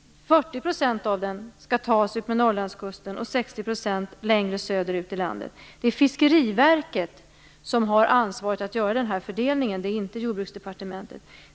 40 % av den skall tas utmed Det är Fiskeriverket som har ansvaret för att göra den här fördelningen - inte Jordbruksdepartementet.